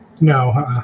No